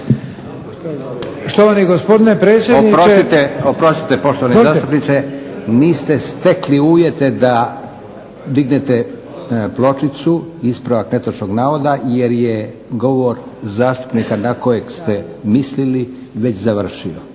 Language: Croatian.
**Leko, Josip (SDP)** Oprostite poštovani zastupniče, niste stekli uvjete da dignete pločicu ispravak netočnog navoda jer je govor zastupnika na kojeg ste mislili već završio.